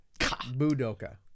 Budoka